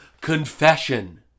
confession